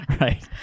Right